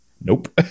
Nope